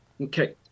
Okay